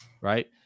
right